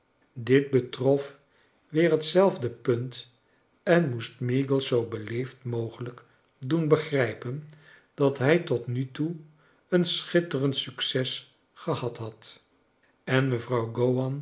dit betrof weer hetzelfde punt en moest meagles zoo beleefd mogelijk doen begrijpen dat hij tot nu toe een schitterend succes gehad had en mevrouw